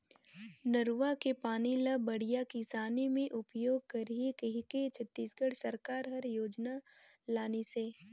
नरूवा के पानी ल बड़िया किसानी मे उपयोग करही कहिके छत्तीसगढ़ सरकार हर योजना लानिसे